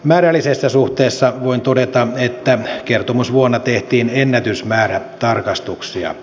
määrällisestä suhteesta voin todeta että kertomusvuonna tehtiin ennätysmäärä tarkastuksia